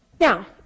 Now